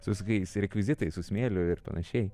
su visokiais rekvizitais su smėliu ir panašiai